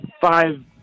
five